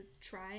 try